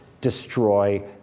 destroy